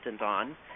on